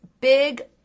big